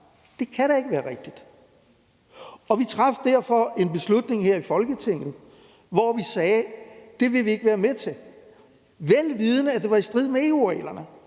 Det kan da ikke være rigtigt. Vi traf derfor en beslutning her i Folketinget, hvor vi sagde, at det ville vi ikke være med til, vel vidende at det var i strid med EU-reglerne.